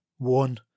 One